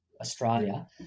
Australia